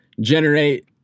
generate